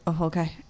okay